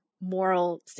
moral